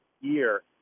year